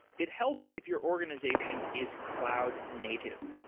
it helps if your organization is cloud native.